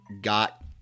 got